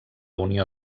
unió